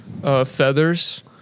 Feathers